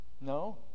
No